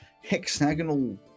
hexagonal